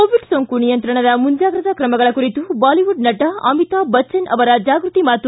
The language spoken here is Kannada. ಕೋವಿಡ್ ಸೋಂಕು ನಿಯಂತ್ರಣದ ಮುಂಜಾಗ್ರತಾ ಕ್ರಮಗಳ ಕುರಿತು ಬಾಲಿವುಡ್ ನಟ ಅಮಿತಾಬ್ ಬಜ್ವನ್ ಅವರ ಜಾಗೃತಿ ಮಾತು